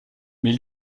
mais